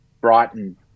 Brighton